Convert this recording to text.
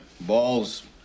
balls